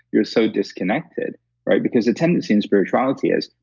you're so disconnected right? because the tendency in spirituality is,